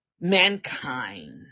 mankind